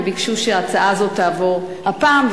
וביקשו שההצעה הזאת תעבור הפעם,